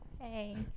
Hey